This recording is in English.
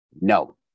No